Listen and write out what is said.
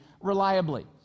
reliably